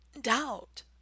doubt